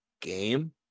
game